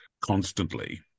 constantly